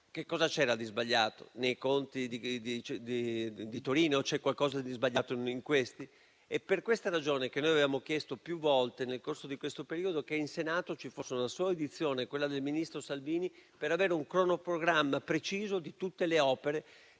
C'era qualcosa di sbagliato nei conti di Torino? C'è qualcosa di sbagliato nei conti di Cortina? Avevamo chiesto più volte nel corso di questo periodo che in Senato si svolgessero la sua audizione e quella del ministro Salvini per avere un cronoprogramma preciso di tutte le opere